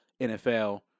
NFL